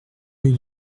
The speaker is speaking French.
rue